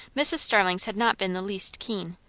mrs. starling's had not been the least keen,